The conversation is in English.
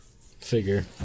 figure